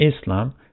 Islam